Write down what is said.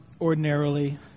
ordinarily